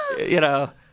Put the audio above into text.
you know?